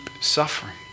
suffering